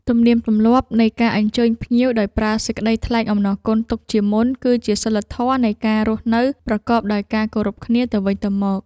ទំនៀមទម្លាប់នៃការអញ្ជើញភ្ញៀវដោយប្រើសេចក្តីថ្លែងអំណរគុណទុកជាមុន គឺជាសីលធម៌នៃការរស់នៅប្រកបដោយការគោរពគ្នាទៅវិញទៅមក។